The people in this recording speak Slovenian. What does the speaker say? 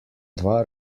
dva